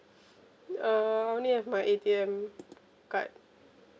uh only have my A_T_M card